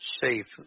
safe